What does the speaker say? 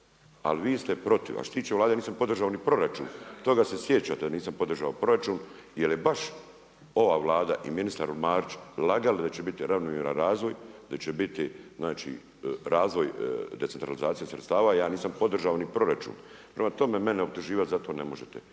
Ali vi ste protiv. Ali što se tiče Vlade, nisam podržao ni proračun. Toga se sjećate da nisam podržao proračun jer je baš ova Vlada i ministar Marić lagali da će biti ravnomjeran razvoj, da će biti znači razvoj decentralizacija sredstva. Ja nisam podržao ni proračun. Prema tome, mene optuživati za to ne možete.